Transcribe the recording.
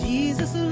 Jesus